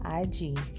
IG